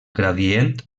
gradient